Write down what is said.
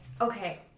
okay